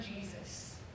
Jesus